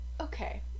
okay